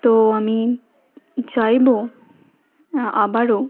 তো আমি চাইবো আবারও